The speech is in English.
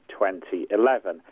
2011